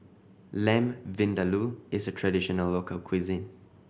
Lamb Vindaloo is a traditional local cuisine